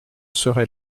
serai